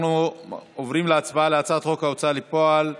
אנחנו עוברים להצבעה על הצעת חוק ההוצאה לפועל (תיקון,